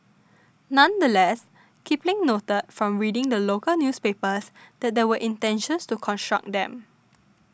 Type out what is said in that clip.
nonetheless Kipling noted from reading the local newspapers that there were intentions to construct them